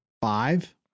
Five